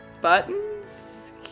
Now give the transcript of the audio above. Buttons